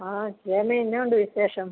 ആ രമേ എന്നാ ഉണ്ട് വിശേഷം